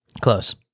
Close